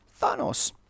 Thanos